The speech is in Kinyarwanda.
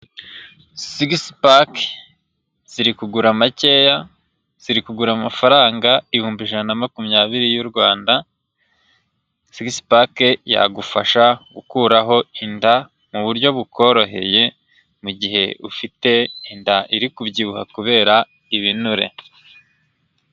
Sigisi pake ziri kugura makeya ziri kugura amafaranga ibihumbi ijana na makumyabiri y'u Rwanda Sigisi pake yagufasha gukuraho inda muburyo bukoroheye mu gihe ufite inda iri kubyibuha kubera ibinure.